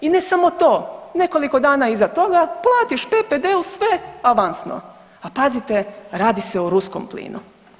I ne samo to, nekoliko dana iza toga platiš PPD-u sve avansno, a pazite radi se o ruskom plinu.